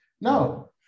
No